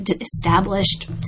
established